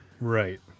Right